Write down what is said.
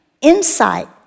insight